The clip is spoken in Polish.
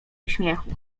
uśmiechu